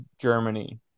Germany